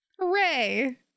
hooray